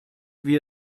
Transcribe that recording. wie